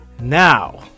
Now